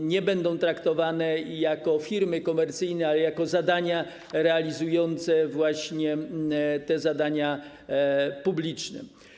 nie będą traktowane jako firmy komercyjne, ale jako realizujące właśnie te zadania publiczne.